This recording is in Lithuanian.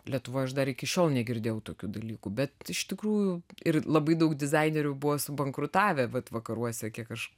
lietuvoj aš dar iki šiol negirdėjau tokių dalykų bet iš tikrųjų ir labai daug dizainerių buvo subankrutavę vat vakaruose kiek aš